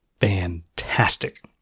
fantastic